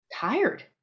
tired